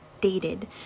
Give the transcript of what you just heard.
dated